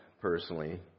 personally